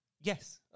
Yes